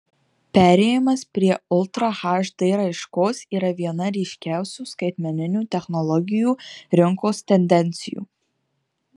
perėjimas prie ultra hd raiškos yra viena ryškiausių skaitmeninių technologijų rinkos tendencijų